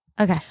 Okay